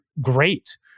great